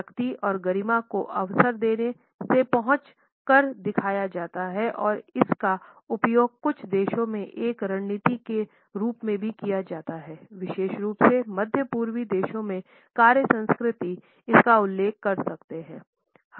शक्ति और गरिमा को अक्सर देर से पहुंच कर दिखाया जाता है और इसका उपयोग कुछ देशों में एक रणनीति के रूप में भी किया जाता है विशेष रूप से मध्य पूर्वी देशों की कार्य संस्कृति इसका उल्लेख कर सकते हैं